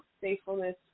faithfulness